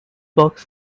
box